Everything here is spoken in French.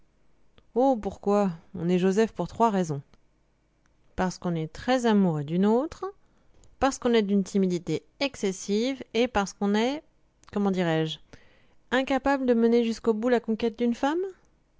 oh pourquoi on est joseph pour trois raisons parce qu'on est très amoureux d'une autre parce qu'on est d'une timidité excessive et parce qu'on est comment dirai-je incapable de mener jusqu'au bout la conquête d'une femme